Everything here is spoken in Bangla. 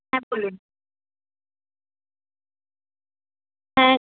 হ্যাঁ বলুন হ্যাঁ